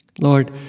Lord